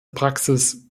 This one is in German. praxis